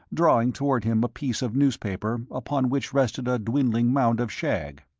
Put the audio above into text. drawing toward him a piece of newspaper upon which rested a dwindling mound of shag.